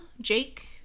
Jake